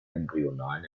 embryonalen